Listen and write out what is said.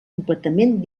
completament